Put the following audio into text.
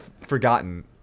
forgotten